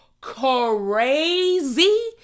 crazy